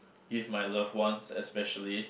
give my love ones especially